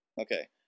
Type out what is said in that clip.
Okay